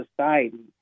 society